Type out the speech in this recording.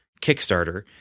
Kickstarter